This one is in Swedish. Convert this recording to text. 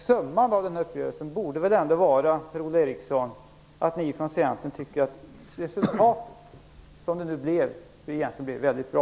Summan av den uppgörelsen borde väl ändå vara, Per-Ola Eriksson, att ni från Centern tycker att resultatet, som det nu blev, egentligen blev väldigt bra?